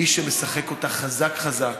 מי שמשחק אותה חזק חזק,